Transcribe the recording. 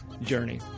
journey